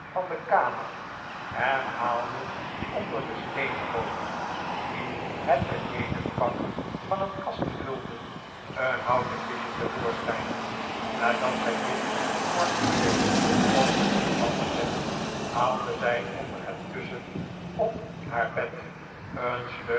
van de kamer en haalde onder de steenkolen die het benedenvak van een kast vulden een houten kistje te voorschijn nadat zij dit voor squeers op den grond had gezet haalde zij onder het kussen op haar bed